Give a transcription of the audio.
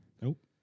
Nope